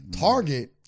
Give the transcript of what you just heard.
Target